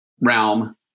realm